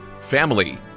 family